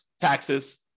taxes